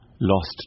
lost